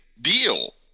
deal